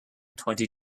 twenty